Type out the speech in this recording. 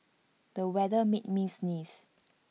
the weather made me sneeze